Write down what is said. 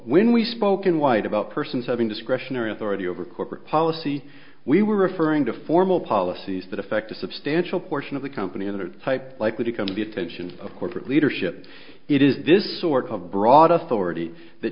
when we spoke in white about persons having discretionary authority over corporate policy we were referring to formal policies that affect a substantial portion of the company other types likely to come to the attention of corporate leadership it is this sort of brought us that already that